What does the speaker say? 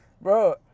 Bro